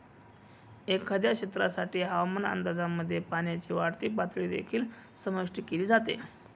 एखाद्या क्षेत्रासाठी हवामान अंदाजामध्ये पाण्याची वाढती पातळी देखील समाविष्ट केली जाते